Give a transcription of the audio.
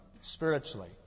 spiritually